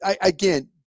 again